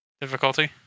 difficulty